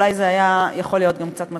אולי זה היה יכול להיות גם קצת מצחיק.